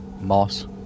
moss